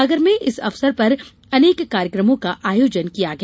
सागर में इस अवसर पर अनेक कार्यक्रमों का आयोजन किया गया